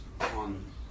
on